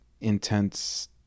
intense